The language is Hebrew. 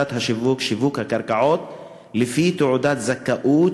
שיווק הקרקעות לפי תעודת זכאות,